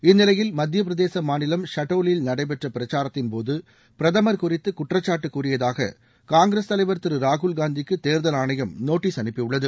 இந்நிலையில் மத்தியப்பிரதேச மாநிலம் ஷடோலில் நடைபெற்ற பிரச்சாரத்தின்போது பிரதமர் குறித்து குற்றச்சாட்டு கூறியதாக காங்கிரஸ் தலைவர் திரு ராகுல் காந்திக்கு தேர்தல் ஆணையம் நோட்டீஸ் அனுப்பியுள்ளது